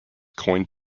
coined